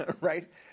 right